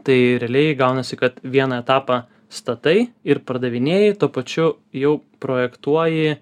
tai realiai gaunasi kad vieną etapą statai ir pardavinėji tuo pačiu jau projektuoji